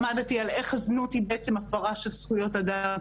למדתי על איך הזנות, היא בעצם הפרה של זכויות אדם,